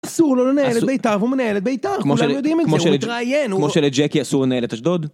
אסור לו לנהל את בביתריתיו ומנהל את ביתר כמו שלג'קי אסור לנהל את אשדוד